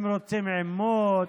הם רוצים עימות,